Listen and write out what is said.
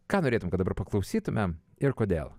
ką norėtum kad dabar paklausytume ir kodėl